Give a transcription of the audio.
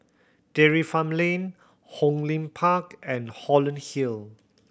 Dairy Farm Lane Hong Lim Park and Holland Hill